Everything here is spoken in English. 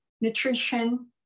nutrition